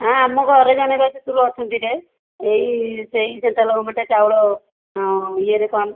ହଁ ଆମ ଘରେ ଜଣେ ଅଛନ୍ତିରେ ଏଇ ସେଇ ସେଣ୍ଟ୍ରାଲ୍ ଗଭର୍ଣ୍ଣମେଣ୍ଟ୍ ଚାଉଳ ଇଏରେ ପାଆନ୍ତି